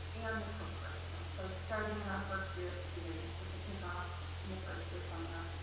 and the co curriculum. so starting in our first year experience with the kickoff in the first year seminar,